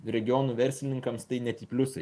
regionų verslininkams tai net į pliusą